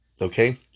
Okay